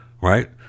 right